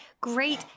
great